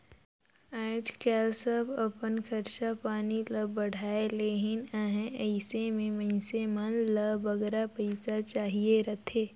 आएज काएल सब अपन खरचा पानी ल बढ़ाए लेहिन अहें अइसे में मइनसे मन ल बगरा पइसा चाहिए रहथे